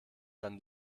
dann